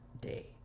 day